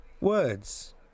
words